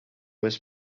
was